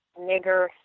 nigger